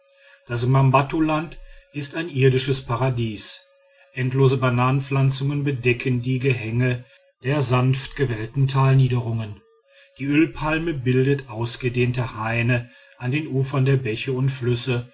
das mangbattuland ist ein irdisches paradies endlose bananenpflanzungen bedecken die gehänge der sanft gewellten talniederungen die ölpalme bildet ausgedehnte haine an den ufern der bäche und flüsse